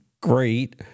great